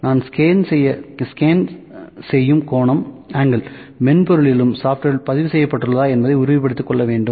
நான் ஸ்கேன் செய்யும் கோணம் மென்பொருளிலும் பதிவு செய்யப்பட்டுள்ளதா என்பதை உறுதிப்படுத்திக் கொள்ள வேண்டும்